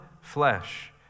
flesh